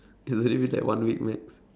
it's only been like one week max